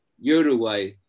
Uruguay